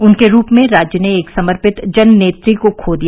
उनके रूप में राज्य ने एक समर्पित जननेत्री को खो दिया